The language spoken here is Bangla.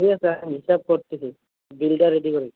ঠিক আছে আমি হিসাব করছি বিলটা রেডি করি